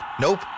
Nope